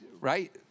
right